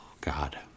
God